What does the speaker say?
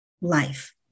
life